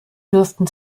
dürften